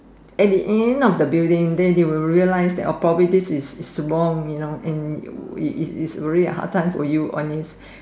at the end of the building than they will realise that properly this is wrong you know and its its already a hard time for you on this